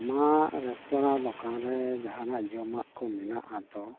ᱟᱢᱟᱜ ᱨᱮᱥᱛᱳᱨᱟ ᱫᱚᱠᱟᱱᱨᱮ ᱡᱟᱦᱟᱱᱟᱜ ᱡᱚᱢᱟᱜ ᱠᱚ ᱢᱮᱱᱟᱜᱼᱟ ᱛᱚ